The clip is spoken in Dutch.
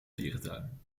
dierentuin